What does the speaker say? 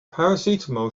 paracetamol